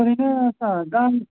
फरेखाया सार दाम